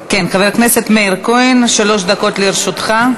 כן, חבר הכנסת מאיר כהן, שלוש דקות לרשותך.